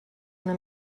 una